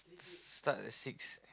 start at six